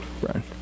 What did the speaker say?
Brian